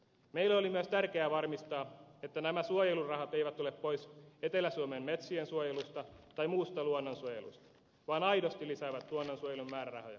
meille oli myös tärkeää varmistaa että nämä suojelurahat eivät ole pois etelä suomen metsiensuojelusta tai muusta luonnonsuojelusta vaan aidosti lisäävät luonnonsuojelun määrärahoja